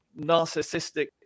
narcissistic